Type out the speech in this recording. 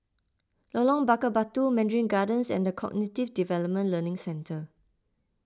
Lorong Bakar Batu Mandarin Gardens and the Cognitive Development Learning Centre